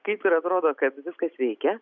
kaip ir atrodo kad viskas veikia